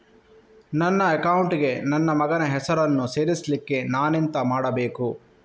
ನನ್ನ ಅಕೌಂಟ್ ಗೆ ನನ್ನ ಮಗನ ಹೆಸರನ್ನು ಸೇರಿಸ್ಲಿಕ್ಕೆ ನಾನೆಂತ ಮಾಡಬೇಕು?